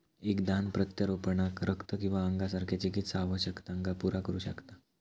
एक दान प्रत्यारोपणाक रक्त किंवा अंगासारख्या चिकित्सा आवश्यकतांका पुरा करू शकता